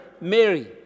Mary